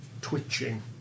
twitching